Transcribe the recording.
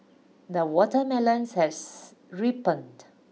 the watermelons has ripened